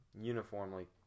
uniformly